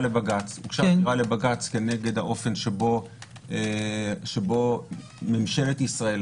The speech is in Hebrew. לבג”ץ כנגד האופן שבו ממשלת ישראל,